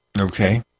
Okay